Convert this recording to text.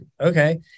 okay